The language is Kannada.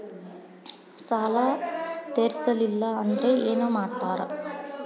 ಸಾಲ ತೇರಿಸಲಿಲ್ಲ ಅಂದ್ರೆ ಏನು ಮಾಡ್ತಾರಾ?